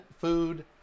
food